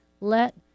let